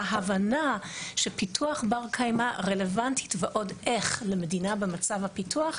ההבנה של פיתוח בר קיימא רלוונטית ועוד איך למדינה במצב פיתוח,